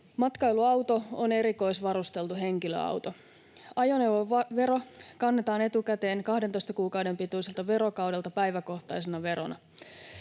Matkailuauto on erikoisvarusteltu henkilöauto. Ajoneuvovero kannetaan etukäteen 12 kuukauden pituiselta verokaudelta päiväkohtaisena verona.